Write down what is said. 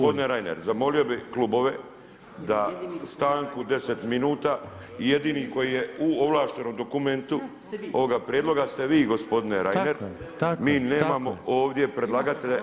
Gospodine Reiner, zamolio bih klubove da stanku 10 minuta jedini koji je u ovlaštenom dokumentu ovoga Prijedloga ste vi, gospodine Reiner [[Upadica Reiner: Tako je, tako je.]] Mi nemamo ovdje predlagatelja.